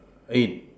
eight